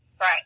Right